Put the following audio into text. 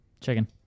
Chicken